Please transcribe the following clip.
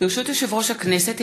ברשות יושב-ראש הכנסת,